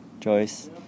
Joyce